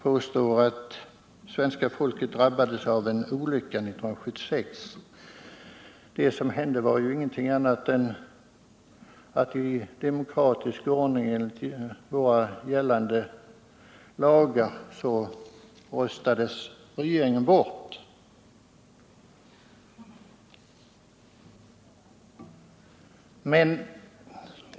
Men det var väljarna som inte gav regeringen Palme ett förnyat förtroende. Det som hände var ingenting annat än att regeringen Palme röstades bort i demokratisk ordning enligt gällande lagar.